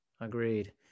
Agreed